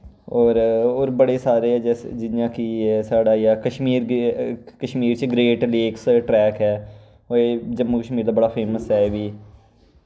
होर बड़े सारे जि'यां कि साढ़ा कश्मीर च ग्रेट लेक्स ट्रैक ऐ जम्मू कश्मीर दा बड़ा फेसम ऐ एह्